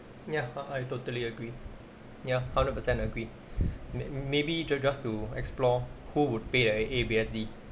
ya I I totally agree ya hundred percent agree may maybe you guys just to explore who would pay the A_B_S_D